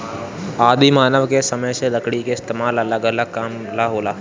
आदि मानव के समय से लकड़ी के इस्तेमाल अलग अलग काम ला होला